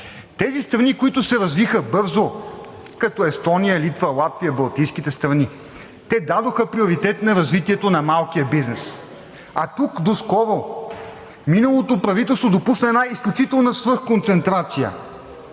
Тези страни, които се развиха бързо, като Естония, Литва, Латвия – балтийските страни, те дадоха приоритет на развитието на малкия бизнес. А тук доскоро миналото правителство допусна една изключителна свръхконцентрация